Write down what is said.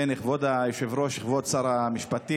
כן, כבוד היושב-ראש, כבוד שר המשפטים,